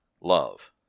love